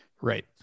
right